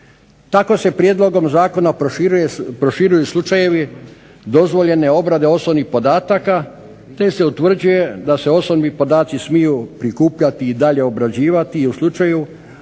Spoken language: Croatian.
Tako se prijedlogom zakona proširuju slučajevi dozvoljene obrade osobnih podatka te se utvrđuje da se osobni podaci smiju prikupljati i dalje obrađivati u slučaju